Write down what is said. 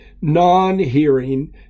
non-hearing